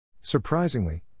Surprisingly